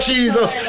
Jesus